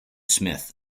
smith